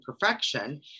perfection